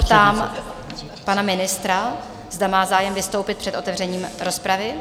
Ptám se pana ministra, zda má zájem vystoupit před otevřením rozpravy?